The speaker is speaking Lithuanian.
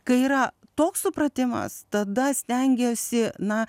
kai yra toks supratimas tada stengiesi na